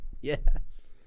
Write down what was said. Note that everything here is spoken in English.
Yes